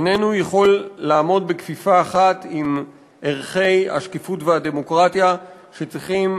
ואיננו יכול לעמוד בכפיפה אחת עם ערכי השקיפות והדמוקרטיה שצריכים,